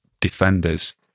defenders